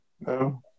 no